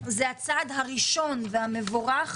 זה הצעד הראשון והמבורך